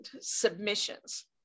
submissions